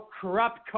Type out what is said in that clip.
corrupt